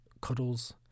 cuddles